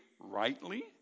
rightly